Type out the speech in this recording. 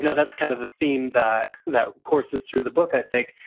yeah that's kind of a theme that that courses through the book i think,